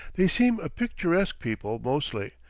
they seem a picturesque people mostly,